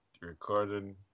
recording